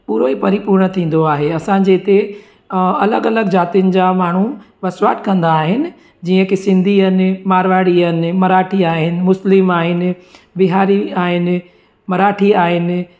पूरो ही परीपूर्ण थींदो आहे असांजे हिते अलॻि अलॻि जातियुनि जा माण्हू वसवाट कंदा आहिनि जीअं की सिंधी अन मारवाड़ी अन मराठी आहिनि मुस्लिम आहिनि बिहारी आहिनि मराठी आहिनि